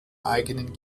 eigenen